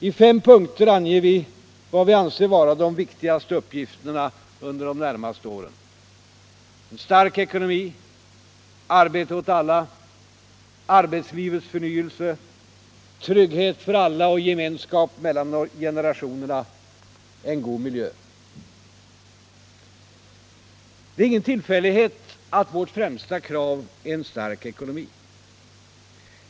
I fem punkter anger vi vad vi anser vara de viktigaste uppgifterna under de närmaste åren: En stark ekonomi Arbete åt alla Arbetslivets förnyelse Trygghet för alla och gemenskap mellan generationerna En god miljö Det är ingen tillfällighet att vårt främsta krav är en stark ekonomi.